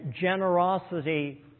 generosity